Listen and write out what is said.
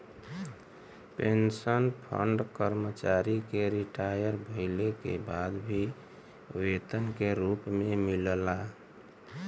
pension fund कर्मचारी के retire भइले के बाद भी वेतन के रूप में मिलला